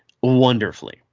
wonderfully